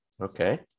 Okay